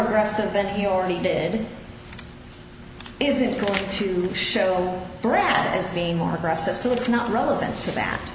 aggressive and he already did isn't going to show brad as being more aggressive so it's not relevant to th